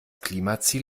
klimaziel